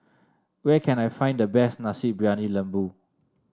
where can I find the best Nasi Briyani Lembu